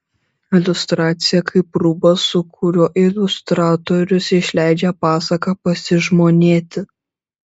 iliustracija kaip rūbas su kuriuo iliustratorius išleidžia pasaką pasižmonėti